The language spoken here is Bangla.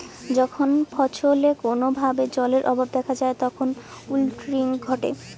যখন ফছলে কোনো ভাবে জলের অভাব দেখা যায় তখন উইল্টিং ঘটে